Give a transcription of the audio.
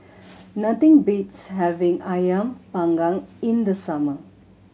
nothing beats having Ayam Panggang in the summer